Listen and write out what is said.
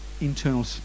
internal